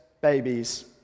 babies